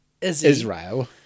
Israel